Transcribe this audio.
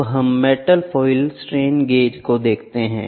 अब हम metal foil strain gauge को देखते हैं